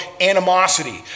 animosity